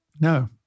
No